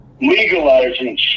legalizing